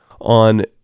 on